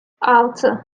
altı